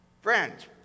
Friends